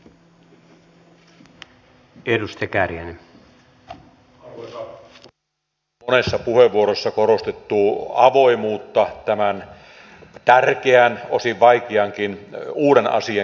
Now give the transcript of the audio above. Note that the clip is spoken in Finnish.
täällä on monessa puheenvuorossa korostettu avoimuutta tämän tärkeän osin vaikeankin uuden asian käsittelemisessä